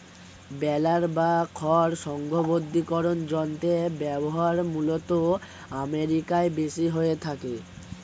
বেলার বা খড় সংঘবদ্ধীকরন যন্ত্রের ব্যবহার মূলতঃ আমেরিকায় বেশি হয়ে থাকে